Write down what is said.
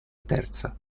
terza